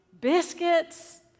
biscuits